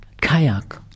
kayak